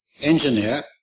engineer